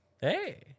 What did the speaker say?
Hey